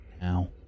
now